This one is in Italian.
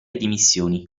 dimissioni